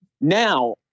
Now